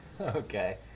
Okay